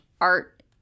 art